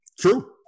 True